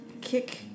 kick